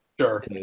Sure